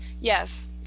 Yes